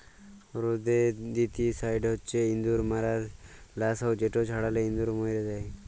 rodenticide হছে ইঁদুর মারার লাসক যেট ছড়ালে ইঁদুর মইরে যায়